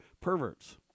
perverts